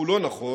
שהוא לא נכון,